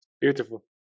Beautiful